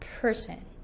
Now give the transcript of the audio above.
person